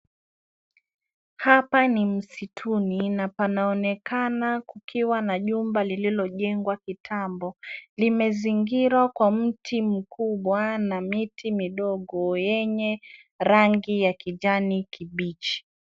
Hapa ni msituni na panaonekana kukiwa na nyumba lilojengwa kitambo. Limezingirwa kwa mti mkubwa na miti midogo yenye rangi ya kijani kibichi.